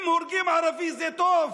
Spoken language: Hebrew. אם הורגים ערבי זה טוב?